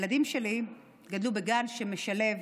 הילדים שלי גדלו בגן שמשלב